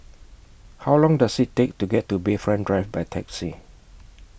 How Long Does IT Take to get to Bayfront Drive By Taxi